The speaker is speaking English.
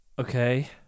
Okay